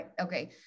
Okay